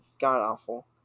god-awful